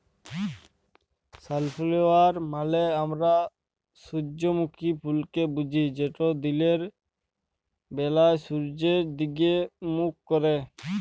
sunflower মালে আমরা সূজ্জমুখী ফুলকে বুঝি যেট দিলের ব্যালায় সূয্যের দিগে মুখ ক্যারে